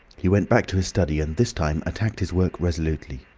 he went back to his study, and this time attacked his work resolutely.